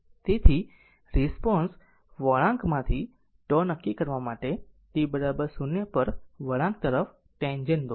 તેથી રિસ્પોન્સ વળાંકમાંથી τ નક્કી કરવા માટે t 0 પર વળાંક તરફ ટેન્જેન્ટ દોરો